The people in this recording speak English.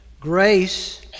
grace